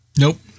Nope